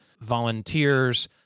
volunteers